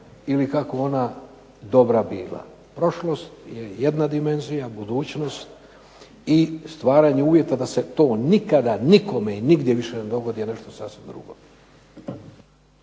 ili kako ona dobra bila. Prošlost je jedna dimenzija, budućnost i stvaranje uvjeta da se to nikada nikome i nigdje više ne dogodi je nešto sasvim drugo.